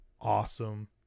awesome